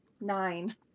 Nine